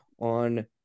on